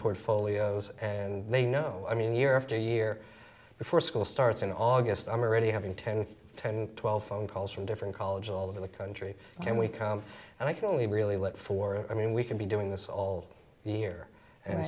portfolios and they know i mean year after year before school starts in august i'm already having ten ten twelve phone calls from different colleges all over the country and we come and i can only really let four i mean we can be doing this all year and